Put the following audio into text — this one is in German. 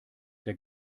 der